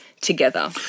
together